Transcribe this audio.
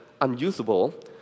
unusable